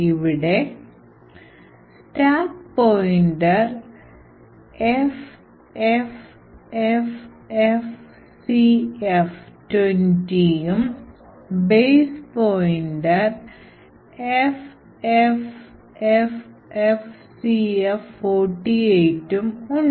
ഇവിടെ stack pointer FFFFCF20ഉം base pointer ഉം FFFFCF48 ഉണ്ട്